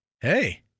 Hey